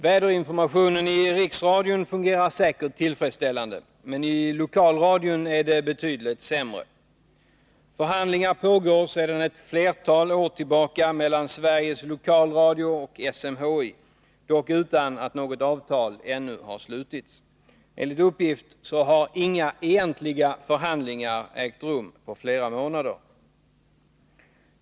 Väderinformationen i riksradion fungerar säkert tillfredsställande, men i lokalradion är det betydligt sämre. Förhandlingar pågår sedan flera år tillbaka mellan Sveriges lokalradio och SMHI, dock utan att något avtal ännu har slutits. Enligt uppgift har inga egentliga förhandlingar ägt rum på flera månader.